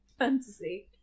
fantasy